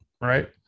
right